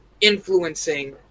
influencing